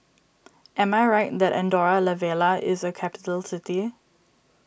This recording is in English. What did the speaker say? am I right that Andorra La Vella is a capital city